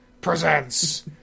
presents